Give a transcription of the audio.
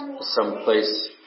someplace